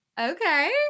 Okay